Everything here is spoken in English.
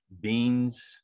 beans